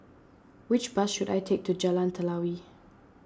which bus should I take to Jalan Telawi